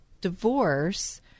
divorce